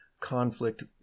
conflict